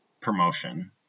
promotion